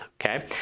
Okay